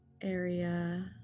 area